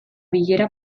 bilera